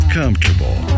comfortable